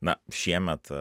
na šiemet